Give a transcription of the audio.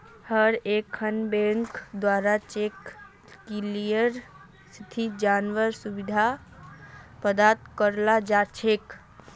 हर एकखन बैंकेर द्वारा चेक क्लियरिंग स्थिति जनवार सुविधा प्रदान कराल जा छेक